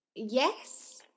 Yes